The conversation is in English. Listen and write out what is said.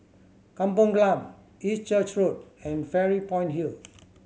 Kampong Glam East Church Road and Fairy Point Hill